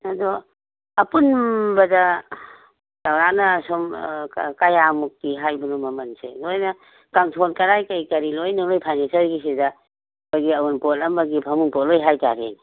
ꯑꯗꯣ ꯑꯄꯨꯟꯕꯗ ꯆꯧꯔꯥꯛꯅ ꯁꯨꯝ ꯀꯌꯥꯃꯨꯛꯇꯤ ꯍꯥꯏꯕꯅꯣ ꯃꯃꯟꯁꯦ ꯅꯣꯏꯅ ꯀꯥꯡꯊꯣꯟ ꯀꯔꯥꯏ ꯀꯔꯤ ꯀꯔꯤ ꯂꯣꯏꯅ ꯅꯣꯏ ꯐꯔꯅꯤꯆꯔꯒꯤꯁꯤꯗ ꯑꯩꯈꯣꯏꯒꯤ ꯑꯋꯨꯟꯄꯣꯠ ꯑꯃꯒꯤ ꯐꯃꯨꯡ ꯄꯣꯂꯣꯏ ꯍꯥꯏꯇꯥꯔꯦꯅꯦ